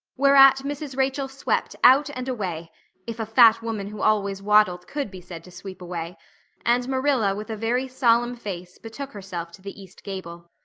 whereat mrs. rachel swept out and away if a fat woman who always waddled could be said to sweep away and marilla with a very solemn face betook herself to the east gable.